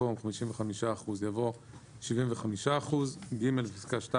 במקום "55%" יבוא "75%"; (ג) בפסקה (2),